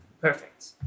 Perfect